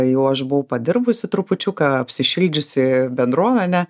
jau aš buvau padirbusi trupučiuką apsišildžiusi bendruomenę